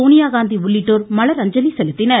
சோனியாகாந்தி உள்ளிட்டோர் மலர் அஞ்சலி செலுத்தினர்